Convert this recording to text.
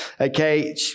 Okay